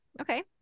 okay